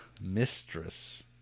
mistress